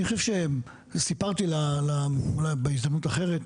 אני חושב שסיפרתי, אולי בהזדמנות אחרת,